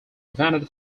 vanity